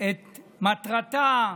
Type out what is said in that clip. את מטרתה,